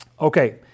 Okay